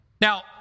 Now